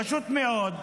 פשוט מאוד,